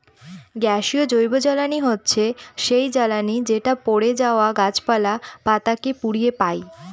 গ্যাসীয় জৈবজ্বালানী হচ্ছে সেই জ্বালানি যেটা পড়ে যাওয়া গাছপালা, পাতা কে পুড়িয়ে পাই